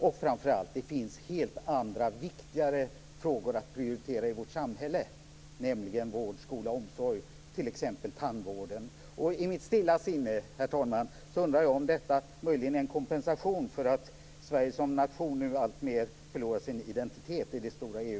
Och framför allt finns det helt andra och viktigare frågor att prioritera i vårt samhälle, nämligen vård, skola och omsorg. Det gäller t.ex. tandvården. Herr talman! Jag undrar i mitt stilla sinne om detta möjligen är en kompensation för att Sverige som nation nu alltmer förlorar sin identitet i det stora EU